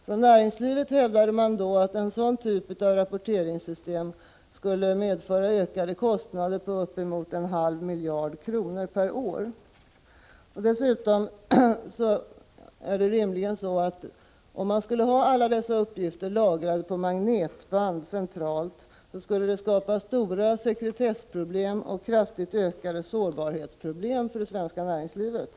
Från näringslivet hävdade man att en sådan typ av rapporteringssystem skulle medföra kostnadsökningar på uppemot en halv miljard kronor per år. Dessutom skulle en lagring centralt på magnetband av alla dessa uppgifter rimligen skapa stora sekretessproblem och kraftigt ökade sårbarhetsproblem för det svenska näringslivet.